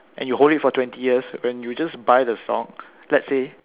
and you hold it for twenty years when you just buy the stock let's say